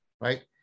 right